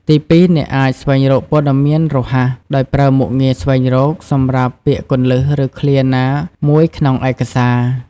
ទីពីរ អ្នកអាច ស្វែងរកព័ត៌មានរហ័ស ដោយប្រើមុខងារ ស្វែងរក សម្រាប់ពាក្យគន្លឹះ ឬឃ្លាណាមួយក្នុងឯកសារ។